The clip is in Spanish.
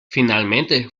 finalmente